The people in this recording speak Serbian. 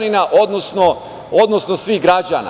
građanina, odnosno svih građana.